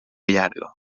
llarga